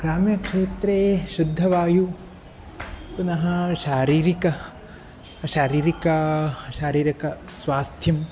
ग्राम्यक्षेत्रे शुद्धवायुः पुनः शारीरिकी शारीरिकी शारीरिकस्वास्थ्यं